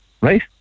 right